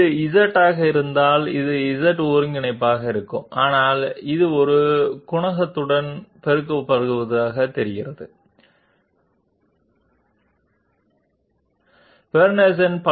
But it seems to be multiplied with a coefficient is called a Bernstein polynomial and it is basically a function of that u parameter which was varying along the curve so it is simply a function of this particular u parameter so it basically means I have a control point this is one control point for example